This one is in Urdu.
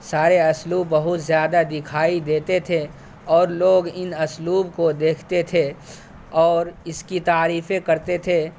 سارے اسلوب بہت زیادہ دکھائی دیتے تھے اور لوگ ان اسلوب کو دیکھتے تھے اور اس کی تعریفیں کرتے تھے